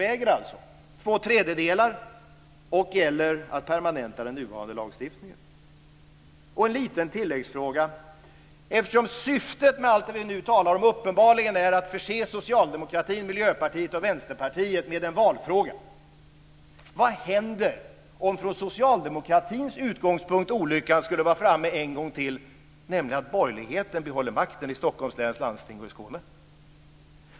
Är det ett system med tvåtredjedelsmajoritet eller permanentning av den nuvarande lagstiftningen? Jag har en liten tilläggsfråga. Syftet med allt det vi nu talar om är uppenbarligen att förse socialdemokratin, Miljöpartiet och Vänsterpartiet med en valfråga. Vad händer då om olyckan från socialdemokratins utgångspunkt skulle vara framme en gång till och borgerligheten behåller makten i Stockholms läns landsting och i Skåne?